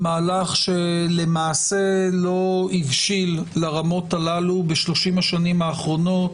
מהלך שלמעשה לא הבשיל לרמות הללו בשלושים השנים האחרונות,